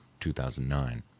2009